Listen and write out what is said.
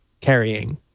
carrying